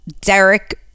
Derek